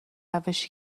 روشی